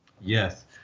Yes